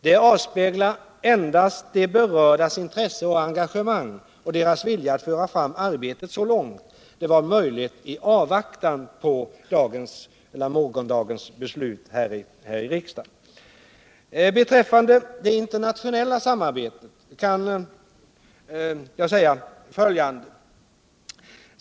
Det avspeglar endast de berördas intresse och engagemang och deras vilja att föra fram arbetet så långt det varit möjligt i avvaktan på dagens eller morgondagens beslut här i riksdagen. Beträffande det internationella samarbetet kan jag säga följande.